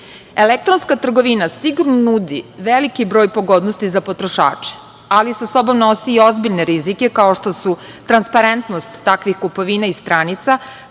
Elektronska trgovina sigurno nudi veliki broj pogodnosti za potrošače, ali sa sobom nosi ozbiljne rizike, kao što su transparentnost takvih kupovina i stranica,